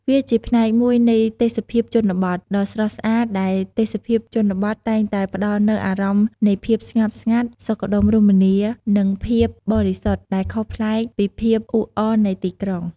វាជាផ្នែកមួយនៃទេសភាពជនបទដ៏ស្រស់ស្អាតដែលទេសភាពជនបទតែងតែផ្តល់នូវអារម្មណ៍នៃភាពស្ងប់ស្ងាត់ សុខដុមរមនា និងភាពបរិសុទ្ធ ដែលខុសប្លែកពីភាពអ៊ូអរនៃទីក្រុង។